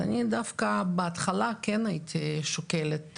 אז, אני דווקא בהתחלה כן הייתי שוקלת